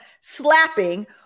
slapping